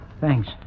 Thanks